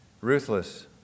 ruthless